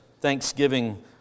Thanksgiving